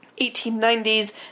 1890's